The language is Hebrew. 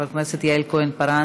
חברת הכנסת יעל כהן-פארן,